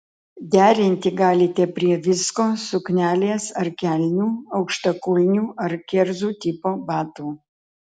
derinti galite prie visko suknelės ar kelnių aukštakulnių ar kerzų tipo batų